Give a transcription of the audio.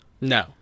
No